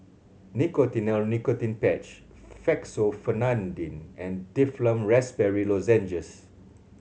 Nicotinell Nicotine Patch Fexofenadine and Difflam Raspberry Lozenges